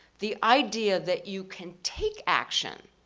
the idea that you can take action.